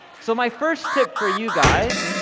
so my first tip for you guys,